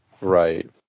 Right